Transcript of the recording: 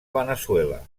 veneçuela